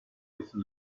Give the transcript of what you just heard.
dessen